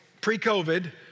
pre-COVID